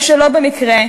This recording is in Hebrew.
או שלא במקרה,